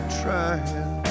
trying